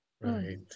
Right